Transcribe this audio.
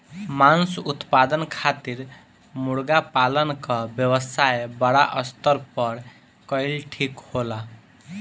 मांस उत्पादन खातिर मुर्गा पालन क व्यवसाय बड़ा स्तर पर कइल ठीक होला